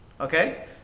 okay